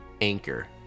anchor